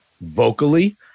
vocally